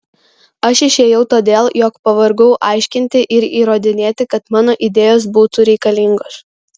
aš išėjau todėl jog pavargau aiškinti ir įrodinėti kad mano idėjos būtų reikalingos